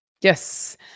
Yes